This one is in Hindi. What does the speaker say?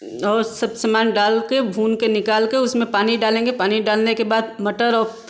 और सब सामान डालके भूनके निकालके उसमें पानी डालेंगे पानी डालने के बाद मटर और